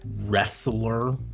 wrestler